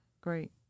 Great